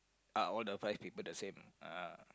are all the five people the same ah